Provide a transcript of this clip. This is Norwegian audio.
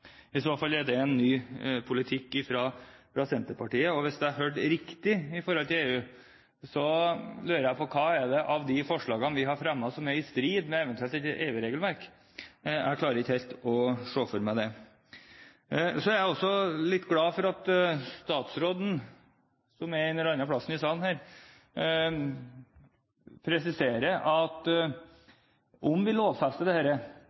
I så fall er det en ny politikk fra Senterpartiet. Hvis jeg hørte riktig når det gjelder EU, lurer jeg på hvilke forslag vi har fremmet som eventuelt er i strid med EU-regelverket. Jeg klarer ikke helt å se for meg det. Så er jeg også litt glad for at statsråden, som er et eller annet sted i salen, presiserer at om vi lovfester dette, vil det